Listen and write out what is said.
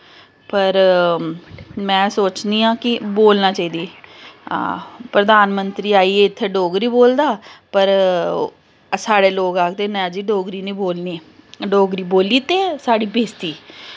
पर मैं सोचनी आं कि बोलना चाहिदी हां प्रधानमंत्री आइयै इत्थें डोगरी बोलदा पर साढ़े लोक आखदे न जी डोगरी निं बोलनी डोगरी बोली ते साढ़ी बेसती